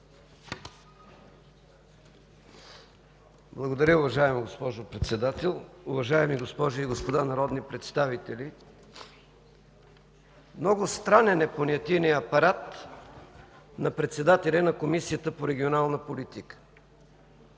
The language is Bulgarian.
Благодаря. Уважаема госпожо Председател, уважаеми госпожи и господа народни представители! Много странен е понятийният апарат на председателя на Комисията по регионална политика.